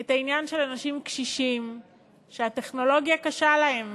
את העניין של אנשים קשישים שהטכנולוגיה קשה להם